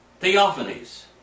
theophanies